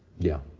yeah.